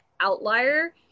outlier